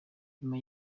nyuma